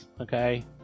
okay